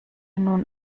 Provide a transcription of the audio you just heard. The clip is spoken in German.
nun